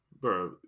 Bro